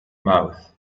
mouth